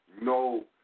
no